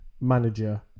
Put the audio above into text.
manager